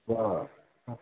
बरं